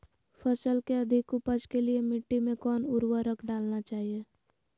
फसल के अधिक उपज के लिए मिट्टी मे कौन उर्वरक डलना चाइए?